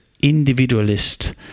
individualist